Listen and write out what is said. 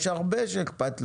יש הרבה שאכפת להם,